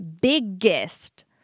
biggest